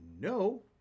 no